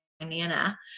Nana